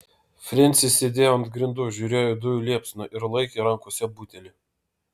frensis sėdėjo ant grindų žiūrėjo į dujų liepsną ir laikė rankose butelį